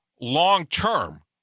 long-term